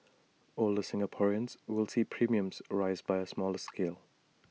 older Singaporeans will see premiums rise by A smaller scale